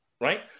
Right